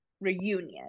reunion